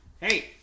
hey